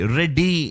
ready